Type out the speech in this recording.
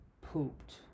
pooped